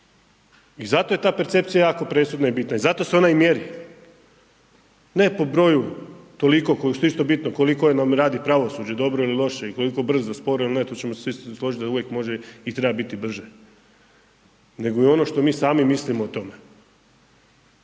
I zato je ta percepcija jako presudna i bitna i zato se ona i mjeri. Ne po broju toliko, što je isto bitno koliko nam radi pravosuđe dobro ili loše i koliko brzo, sporo il ne, tu ćemo se isto složit da uvijek može i treba biti brže, nego i ono što mi sami mislimo o tome.